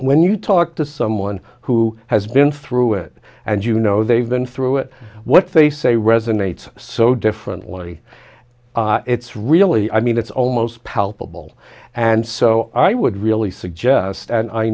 when you talk to someone who has been through it and you know they've been through it what they say resonates so differently it's really i mean it's almost palpable and so i would really suggest and i